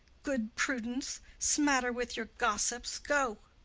good prudence. smatter with your gossips, go!